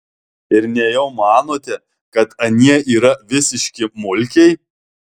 ir nejau manote kad anie yra visiški mulkiai